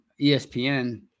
ESPN